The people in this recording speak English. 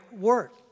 work